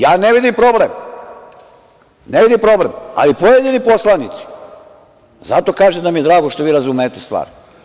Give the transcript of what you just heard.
Ja ne vidim problem, ne vidim problem, ali pojedini poslanici, zato kažem da mi je drago što vi razumete stvar.